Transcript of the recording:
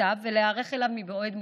ותוצאותיו ולהיערך אליו מבעוד מועד.